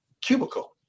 cubicle